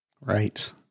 Right